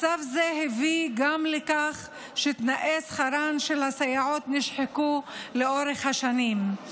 מצב זה הביא גם לכך שתנאי שכרן של הסייעות נשחקו לאורך השנים.